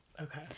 Okay